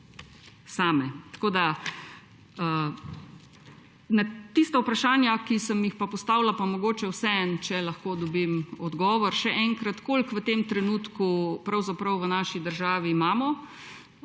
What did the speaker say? same. Na tista vprašanja, ki sem jih postavila, pa mogoče vseeno, če lahko dobim odgovor. Še enkrat. Koliko v tem trenutku pravzaprav v naši državi imamo